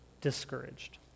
discouraged